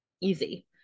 easy